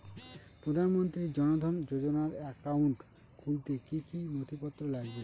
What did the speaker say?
প্রধানমন্ত্রী জন ধন যোজনার একাউন্ট খুলতে কি কি নথিপত্র লাগবে?